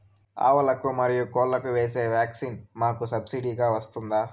ఆవులకు, మరియు కోళ్లకు వేసే వ్యాక్సిన్ మాకు సబ్సిడి గా వస్తుందా?